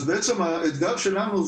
אז בעצם האתגר שלנו,